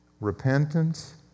Repentance